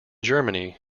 germany